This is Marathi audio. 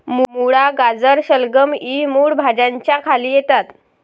मुळा, गाजर, शलगम इ मूळ भाज्यांच्या खाली येतात